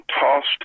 tossed